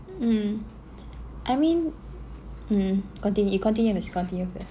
um I mean hmm continue you continue first continue first